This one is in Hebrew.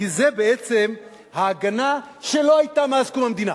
כי זה בעצם ההגנה שלא היתה מאז קום המדינה.